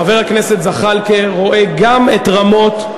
חבר הכנסת זחאלקה רואה גם את רמות,